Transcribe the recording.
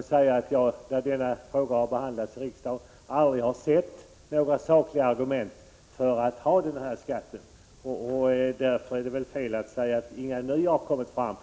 behandlades. När denna fråga har behandlats i riksdagen har jag aldrig hört några sakliga argument för att ha denna skatt. Därför är det väl fel att säga att inga nya argument har kommit fram.